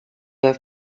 have